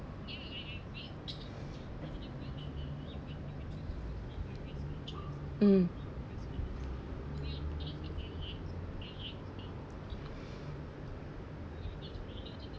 mm